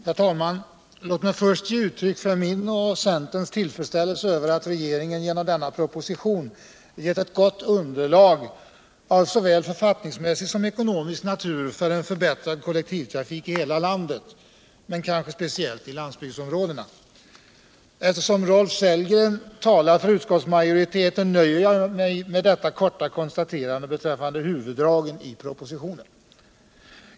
Herr talman! Låt mig först ge uttryck för min och centerns tillfredsställelse över att regeringen genom denna proposition gett ett gott underlag av såväl författningsmässig som ekonomisk natur för förbättrad kollektivtrafik i hela landet, men kanske speciellt i landsbygdområdena. Eftersom Rolf Sellgren kommer att tala för utskottsmajoriteten nöjer jag mig med detta korta konstaterande beträffande huvuddragen i propositionen.